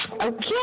okay